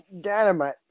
dynamite